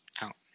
out